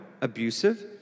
abusive